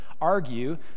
argue